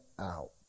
out